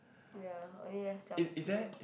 ya only left siam diu